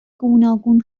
گوناگون